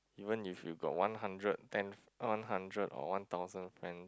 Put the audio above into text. even if you got one hundred ten one hundred or one thousand friends